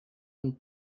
von